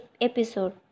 episode